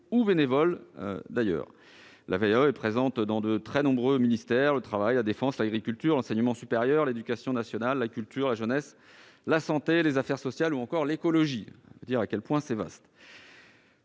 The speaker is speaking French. ou bénévoles. La VAE est présente dans de très nombreux ministères : le travail, la défense, l'agriculture, l'enseignement supérieur, l'éducation nationale, la culture, la jeunesse, la santé et les affaires sociales, ou encore l'écologie. Dans le présent article